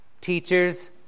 teachers